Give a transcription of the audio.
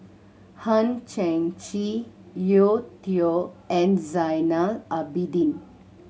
Hang Chang Chieh Yeo Tong and Zainal Abidin